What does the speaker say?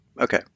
Okay